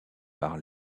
par